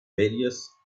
various